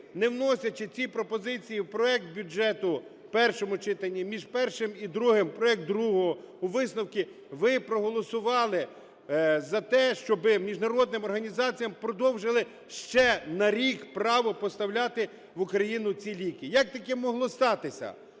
не вносячи ці пропозиції в проект бюджету в першому читанні, між першим і другим в проект другого, у висновку ви проголосували за те, щоби міжнародним організаціям продовжили ще на рік право поставляти в Україну ці ліки. Як таке могло статися?